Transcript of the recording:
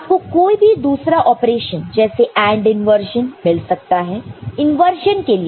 आपको कोई भी दूसरा ऑपरेशन जैसे AND इंवर्जन मिल सकता है